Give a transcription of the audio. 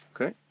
okay